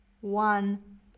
one